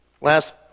last